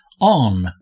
on